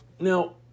Now